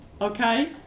Okay